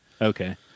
Okay